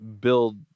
build